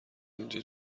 اینجا